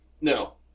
No